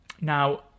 Now